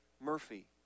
Murphy